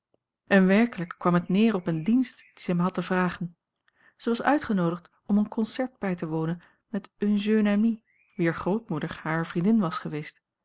en werkelijk het kwam neer op een dienst dien zij mij had te vragen zij was uitgenoodigd om een concert bij te wonen met une jeune amie wier grootmoeder hare vriendin was geweest